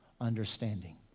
understanding